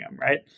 right